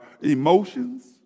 emotions